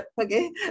okay